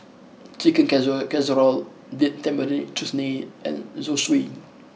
Chicken Caccer Casserole Date Tamarind Chutney and Zosui